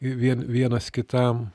vi vien vienas kitam